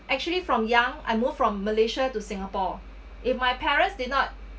actually from young I moved from malaysia to singapore if my parents did not